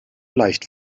leicht